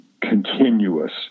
continuous